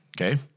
Okay